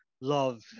love